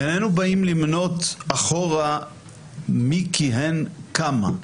איננו באים למנות אחורה מי כיהן כמה.